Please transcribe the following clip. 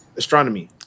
Astronomy